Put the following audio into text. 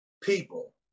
people